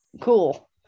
Cool